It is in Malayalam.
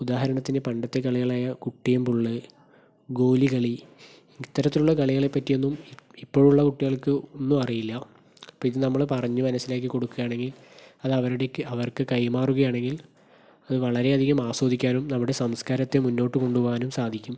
ഉദാഹരണത്തിന് പണ്ടത്തെ കളികളായ കുട്ടിയും പുള്ളേ ഗോലി കളി ഇത്തരത്തിലുള്ള കളികളെ പറ്റിയൊന്നും ഈ ഇപ്പോഴുള്ള കുട്ടികൾക്ക് ഒന്നും അറിയില്ല അപ്പോൾ ഇത് നമ്മൾ പറഞ്ഞ് മനസ്സിലാക്കി കൊടുക്കുകയാണെങ്കിൽ അതവരുടേക്ക് അവർക്ക് കൈമാറുകയാണെങ്കിൽ അത് വളരെ അധികം ആസ്വദിക്കുവാനും നമ്മുടെ സംസ്കാരത്തെ മുന്നോട്ട് കൊണ്ടുപോകുവാനും സാധിക്കും